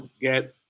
Get